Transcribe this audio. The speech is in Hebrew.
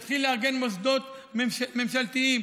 שיתחיל לארגן מוסדות ממשלתיים,